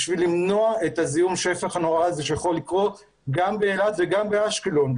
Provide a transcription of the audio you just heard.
כדי למנוע את הזיהום הנורא הזה שיכול לקרות גם באילת וגם באשקלון.